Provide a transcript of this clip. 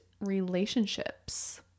relationships